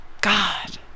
god